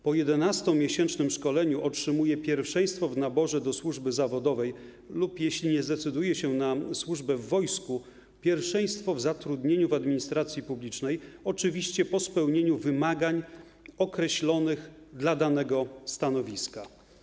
Po 11-miesięcznym szkoleniu otrzymuje pierwszeństwo w naborze do służby zawodowej lub, jeśli nie zdecyduje się na służbę w wojsku - pierwszeństwo w zatrudnieniu w administracji publicznej, oczywiście po spełnieniu wymagań określonych dla danego stanowiska.